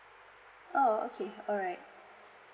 oh okay alright